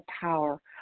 power